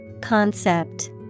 Concept